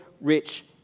rich